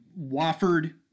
Wofford